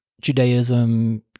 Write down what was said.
Judaism